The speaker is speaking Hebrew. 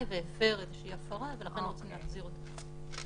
והפר איזושהי הפרה ולכן רוצים להחזיר אותו.